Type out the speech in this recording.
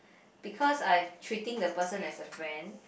because I've treating the person as a friend